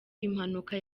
impanuka